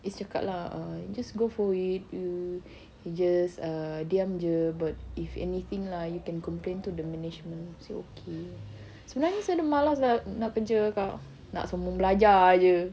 izz cakap lah err just go for it you just err diam jer but if anything lah you can complaint to the management I said okay sebenarnya saya dah malas dah nak kerja kak nak sambung belajar jer